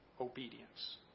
Obedience